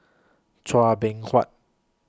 Chua Beng Huat